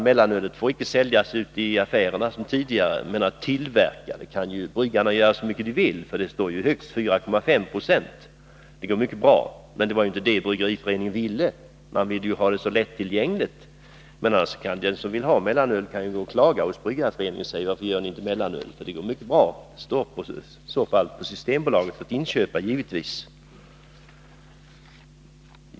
Mellanöl får inte säljas ute i affärerna som tidigare, men tillverka det kan bryggarna göra så mycket de vill; det står ju att öl får hålla högst 4,5 96, så det går mycket bra. Men det var inte vad Bryggareföreningen ville, utan man ville ha ölet lättillgängligt. De som vill ha mellanöl kan ju gå och klaga hos Bryggareföreningen och fråga: Varför gör ni inte mellanöl? Det går alltså bra, och i så fall får det givetvis inköpas på Systembolaget.